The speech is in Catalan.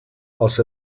als